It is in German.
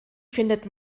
findet